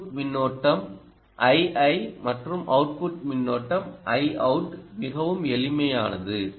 input மின்னோட்டம் ii மற்றும் output மின்னோட்டம் iout மிகவும் எளிமையானது